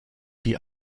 die